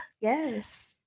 Yes